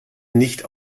nicht